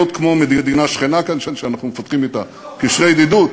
כמו מדינה שכנה כאן שאנחנו מפתחים אתה קשרי ידידות.